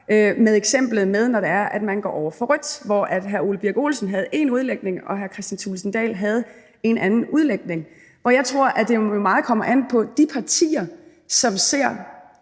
eksemplet med, at man går over for rødt. Hr. Ole Birk Olesen havde en udlægning, og hr. Kristian Thulesen Dahl havde en anden udlægning. Jeg tror, at det meget kommer an på de partier, som ser,